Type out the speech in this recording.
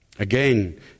Again